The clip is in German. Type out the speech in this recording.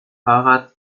fahrrad